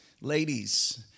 Ladies